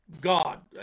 God